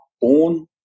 born